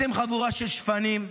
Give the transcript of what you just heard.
אתם חבורה של שפנים,